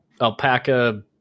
alpaca